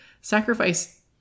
sacrifice